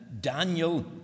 Daniel